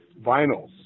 vinyls